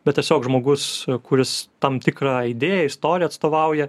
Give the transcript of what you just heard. bet tiesiog žmogus kuris tam tikrą idėją istoriją atstovauja